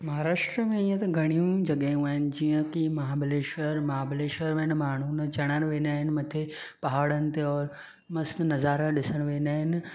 महाराष्ट्र में हीअं त घणियूं ई जॻहियूं आहिनि जीअं की महाबलेश्वर महाबलेश्वर में न माण्हू न चढ़ण वेंदा आहिनि मथे पहाड़नि ते और मस्तु नज़ारा ॾिसण वेंदा आहिनि